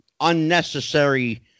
unnecessary